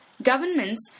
Governments